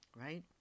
right